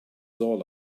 all